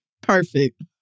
Perfect